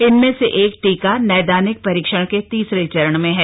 इनमें से एक टीका नैदानिक परीक्षण के तीसरे चरण में है